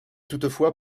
toutefois